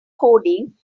coding